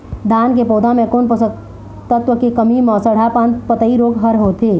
धान के पौधा मे कोन पोषक तत्व के कमी म सड़हा पान पतई रोग हर होथे?